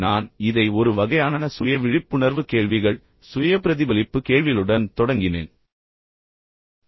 நான் இதை ஒரு வகையான சுய விழிப்புணர்வு கேள்விகள் சுய பிரதிபலிப்பு கேள்விகளுடன் தொடங்கினேன் என்பதை நினைவில் கொள்ளுங்கள்